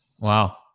Wow